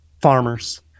farmers